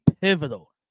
pivotal